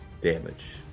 damage